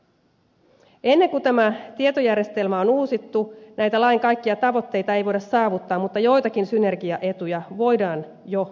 ennen kuin tämä tietojärjestelmä on uusittu näitä lain kaikkia tavoitteita ei voida saavuttaa mutta joitakin synergiaetuja voidaan jo saavuttaa